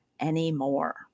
anymore